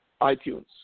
iTunes